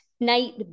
night